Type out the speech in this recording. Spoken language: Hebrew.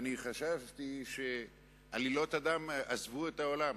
חשבתי שעלילות הדם עזבו את העולם,